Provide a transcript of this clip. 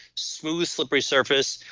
smooth, slippery surface.